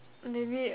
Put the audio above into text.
maybe